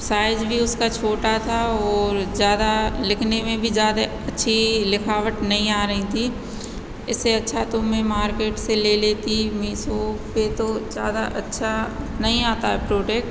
size भी उसका छोटा था और ज़्यादा लिखने में भी ज़्यादा अच्छी लिखावट नहीं आ रहीं थी इससे अच्छा तो मैं मार्केट से ले लेती मीसो पे तो ज़्यादा अच्छा नहीं आता है प्रोडेक्ट